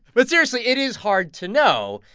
but seriously, it is hard to know.